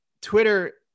Twitter